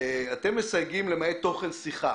אתם מסייגים "למעט תוכן שיחה".